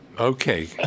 Okay